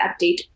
update